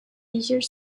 leisure